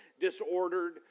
disordered